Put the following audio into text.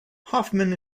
hoffman